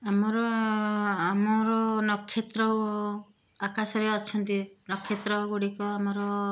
ଆମର ଆମର ନକ୍ଷତ୍ର ଆକାଶରେ ଅଛନ୍ତି ନକ୍ଷତ୍ର ଗୁଡ଼ିକ ଆମର